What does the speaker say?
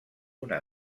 una